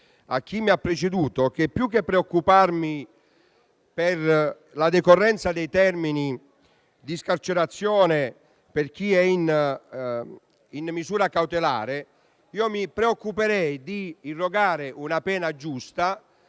a chi mi ha preceduto che, più che preoccuparmi per la decorrenza dei termini di scarcerazione per chi è sottoposto a misura cautelare, mi preoccuperei di irrogare una pena giusta,